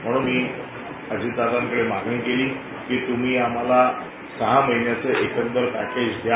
म्हणून मी अजित दादांकडे मागणी केली की तुम्ही आम्हाला सहा महिन्यांचं एकंदर पॅकेज द्या